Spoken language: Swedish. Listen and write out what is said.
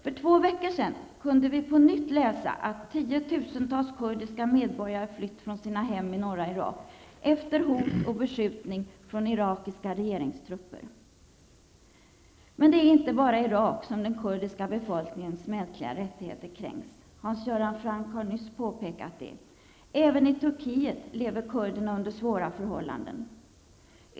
För två veckor sedan kunde vi på nytt läsa att tiotusentals kurdiska medborgare flytt från sina hem i norra Irak efter hot och beskjutning från irakiska regeringstrupper. Hans Göran Franck påpekade nyss att det inte bara är i Irak som den kurdiska befolkningens mänskliga rättigheter kränks. Även i Turkiet lever kurderna under svåra förhållanden.